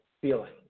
feeling